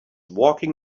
walking